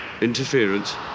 interference